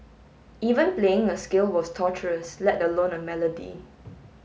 even playing a scale was torturous let alone a melody